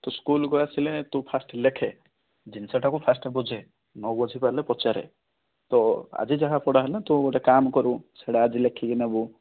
ତୁ ସ୍କୁଲକୁ ଆସିଲେ ତୁ ଫାଷ୍ଟ ଲେଖେ ଜିନିଷଟାକୁ ଫାଷ୍ଟ ବୁଝ ନ ବୁଝି ପାରିଲେ ପଚାର ତ ଆଜି ଯାହା ପଢା ହେଲା ତୁ ଗୋଟେ କାମ କରିବୁ ସେଇଟା ଆଜି ଲେଖିକି ନେବୁ